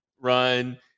run